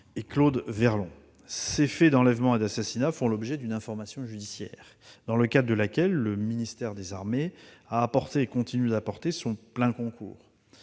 Claude Verlon. Ces faits d'enlèvement et d'assassinat font l'objet d'une information judiciaire, dans le cadre de laquelle le ministère des armées a apporté et continue d'apporter son plein concours.